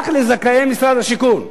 רק לזכאי משרד השיכון,